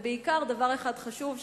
ובעיקר דבר אחד חשוב,